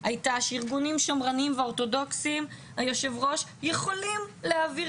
שארגונים שמרנים ואורתודוכסים יכולים להעביר